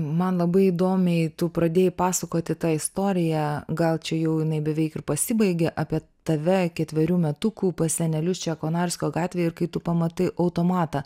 man labai įdomiai tu pradėjai pasakoti tą istoriją gal čia jau jinai beveik ir pasibaigė apie tave ketverių metukų pas senelius čia konarskio gatvėj ir kai tu pamatai automatą